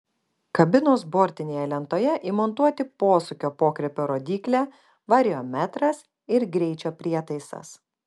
kabinos bortinėje lentoje įmontuoti posūkio pokrypio rodyklė variometras ir greičio prietaisas